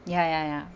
ya ya ya